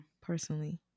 personally